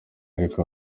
ariko